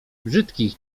brzydkich